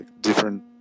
different